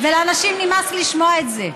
ולאנשים נמאס לשמוע את זה.